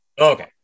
Okay